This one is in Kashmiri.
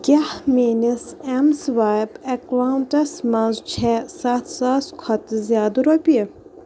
کیٛاہ میٛٲنِس ایٚم سُوایپ اَکلاونٹَس منٛز چھےٚ سَتھ ساس کھۄتہٕ زِیٛادٕ رۄپیہِ؟